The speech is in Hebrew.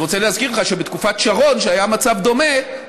אני רוצה להזכיר לך שבתקופת שרון, כשהיה מצב דומה,